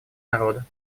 народа